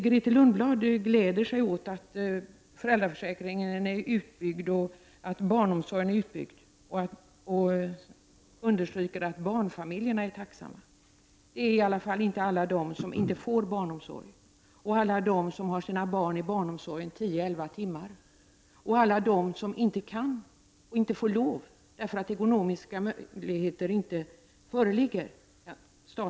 Grethe Lundblad gläder sig åt att föräldraförsäkringen är utbyggd, och att barnomsorgen är utbyggd. Och hon understryker att barnfamiljerna är tacksamma. Det är i alla fall inte de som inte får barnomsorg, och alla de som inte får lov att starta alternativ — och inte kan därför att ekonomiska möjligheter inte föreligger.